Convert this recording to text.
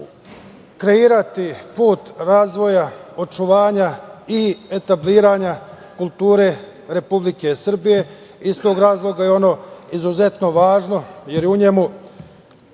kreirati put razvoja, očuvanja i etabliranja kulture Republike Srbije. Iz toga razloga je ono izuzetno važno, jer je u njemu